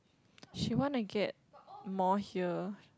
she want to get more here